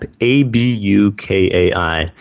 A-B-U-K-A-I